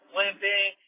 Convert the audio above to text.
limping